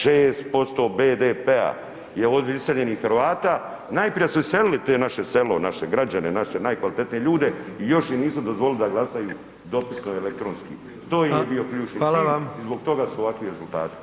6% BDP-a je od iseljenih Hrvata, najprije su iselili te naše selo, naše građane, naše najkvalitetnije ljude i još im nisu dozvolili da glasaju dopisno i elektronski, to im je bio priučni cilj i zbog toga su ovakvi rezultati.